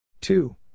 Two